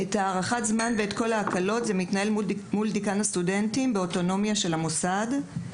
נושא ההקלות נדון מול דיקאן הסטודנטים באוטונומיה של המוסד.